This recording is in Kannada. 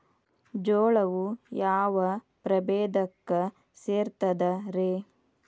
ಜೋಳವು ಯಾವ ಪ್ರಭೇದಕ್ಕ ಸೇರ್ತದ ರೇ?